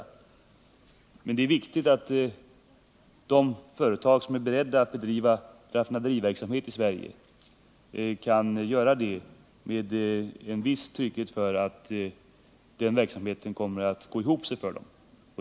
Men det är viktigt att de företag som är beredda att bedriva raffinaderiverksamhet i Sverige kan göra det med viss trygghet för att den verksamheten kommer att gå ihop för dem.